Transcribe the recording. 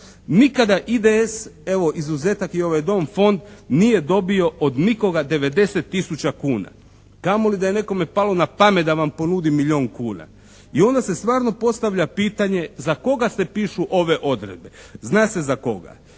Nikada IDS, evo izuzetak je i ovaj Dom, fond nije dobio od nikoga 90 tisuća kuna, kamoli da je nekome palo na pamet da vam ponudi milijon kuna i onda se stvarno postavlja pitanje za koga se pišu ove odredbe? Zna se za koga.